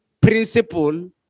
principle